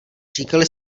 říkali